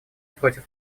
против